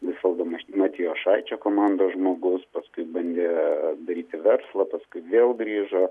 visvaldo ma matijošaičio komandos žmogus paskui bandė daryti verslą paskui vėl grįžo